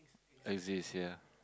exist sia